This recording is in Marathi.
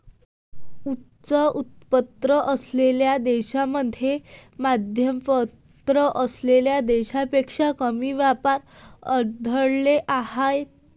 उच्च उत्पन्न असलेल्या देशांमध्ये मध्यमउत्पन्न असलेल्या देशांपेक्षा कमी व्यापार अडथळे आहेत